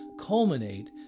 culminate